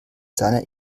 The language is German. seiner